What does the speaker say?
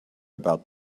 about